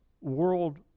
world